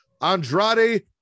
andrade